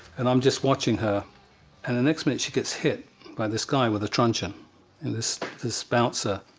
and i'm just watching her and the next minute she gets hit by this guy with a truncheon and this this bouncer,